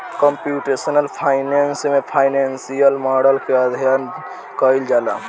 computational finance में financial model के अध्ययन कईल जाला